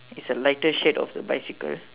it's a lighter shade of a bicycle